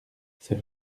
c’est